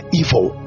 evil